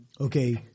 Okay